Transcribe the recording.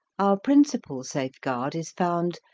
our principal safeguard is found,